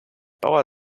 bauer